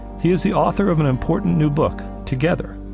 he is the author of an important new book, together,